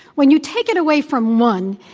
when you take it away from one,